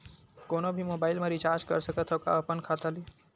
कोनो भी मोबाइल मा रिचार्ज कर सकथव का अपन खाता ले?